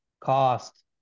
cost